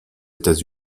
états